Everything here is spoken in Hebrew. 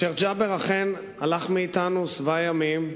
השיח' ג'בר אכן הלך מאתנו שבע ימים,